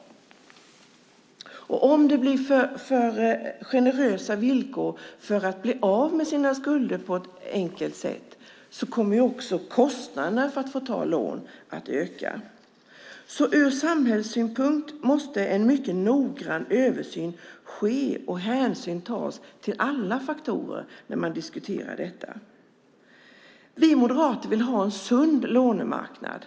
Om det blir för generösa villkor för att bli av med sina skulder på ett enkelt sätt kommer kostnaderna för att ta ett lån att öka. Ur samhällssynpunkt måste en mycket noggrann översyn ske och hänsyn tas till alla faktorer när man diskuterar detta. Vi moderater vill ha en sund lånemarknad.